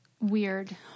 weird